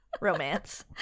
Romance